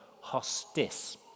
Hostis